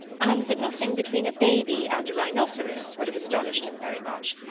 and that nothing between a baby and rhinoceros would have astonished him very much.